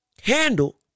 handle